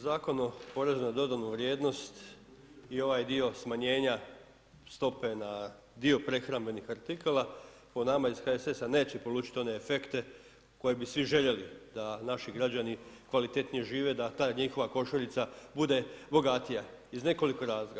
Zakon o porezu na dodanu vrijednost i ovaj dio smanjenja stope na dio prehrambenih artikala po nama iz HSS-a neće polučit one efekte koje bi svi željeli da naši građani kvalitetnije žive, da ta njihova košuljica bude bogatija iz nekoliko razloga.